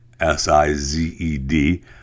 S-I-Z-E-D